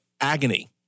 agony